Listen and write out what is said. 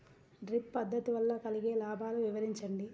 Drip పద్దతి వల్ల కలిగే లాభాలు వివరించండి?